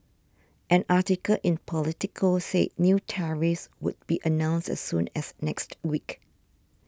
an article in Politico said new tariffs would be announced as soon as next week